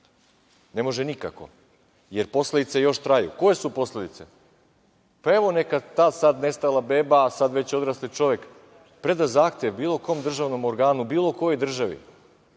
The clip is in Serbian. Ne može nikako, jer posledice još traju. Koje su posledice? Evo, neka sad ta nestala beba, sad već odrasli čovek preda zahtev bilo kom državnom organu, bilo kojoj državi,